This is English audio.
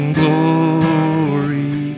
glory